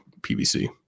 PVC